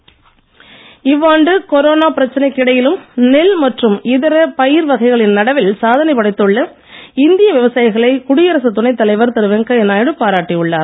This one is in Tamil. வெங்கைய நாயுடு இவ்வாண்டு கொரோனா பிரச்சனைக்கு இடையிலும் நெல் மற்றும் இதர பயிர் வகைகளின் நடவில் சாதனை படைத்துள்ள இந்திய விவசாயிகளை குடியரசு துணைத் தலைவர் திரு வெங்கைய நாயுடு பாராட்டி உள்ளார்